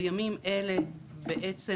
בימים אלה בעצם,